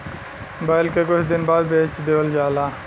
बैल के कुछ दिन बाद बेच देवल जाला